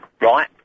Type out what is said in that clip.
Right